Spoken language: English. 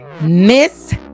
Miss